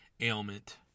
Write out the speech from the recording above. ailment